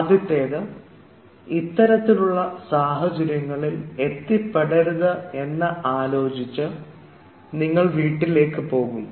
ആദ്യത്തേത് ഇത്തരത്തിലുള്ള സാഹചര്യങ്ങളിൽ എത്തിപ്പെടരുത് എന്ന് ആലോചിച്ചു നിങ്ങൾ വീട്ടിലേക്ക് പോകും